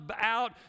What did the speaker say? out